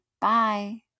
Bye